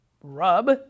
rub